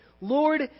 Lord